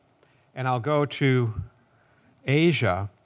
and i'll go to asia.